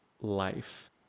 life